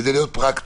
כדי להיות פרקטיים.